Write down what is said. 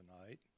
tonight